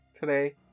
today